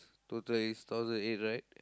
total is thousand eight right